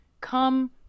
come